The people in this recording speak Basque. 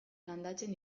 landatzen